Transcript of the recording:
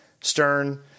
Stern